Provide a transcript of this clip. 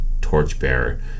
Torchbearer